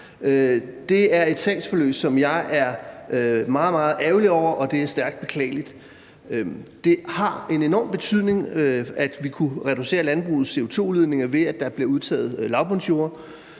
Det er et sagsforløb, som jeg er meget, meget ærgerlig over, og det er stærkt beklageligt. Det har en enorm betydning, at vi kunne reducere landbrugets CO2-udledninger, ved at der blev udtaget lavbundsjorder.